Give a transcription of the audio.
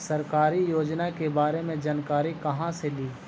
सरकारी योजना के बारे मे जानकारी कहा से ली?